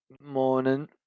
Morning